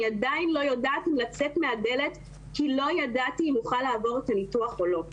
עדיין לא יודעת אם אני יכולה לעבור את הניתוח או לא.